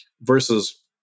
Versus